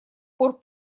пор